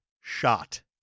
shot